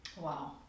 Wow